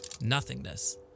nothingness